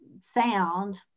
sound